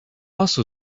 also